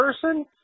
person